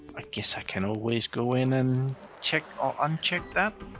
ah guess i can always go in and check or uncheck that.